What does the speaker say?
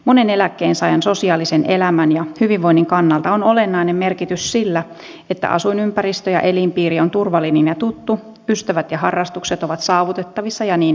monen eläkkeensaajan sosiaalisen elämän ja hyvinvoinnin kannalta on olennainen merkitys sillä että asuinympäristö ja elinpiiri on turvallinen ja tuttu ystävät ja harrastukset ovat saavutettavissa ja niin edelleen